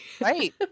Right